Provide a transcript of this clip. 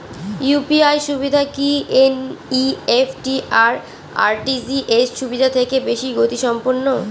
UPI সুবিধা কি NEFT আর আর.টি.জি.এস সুবিধা থেকে বেশি গতিসম্পন্ন?